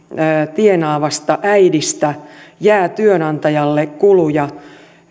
tienaavasta äidistä jää työnantajalle kuluja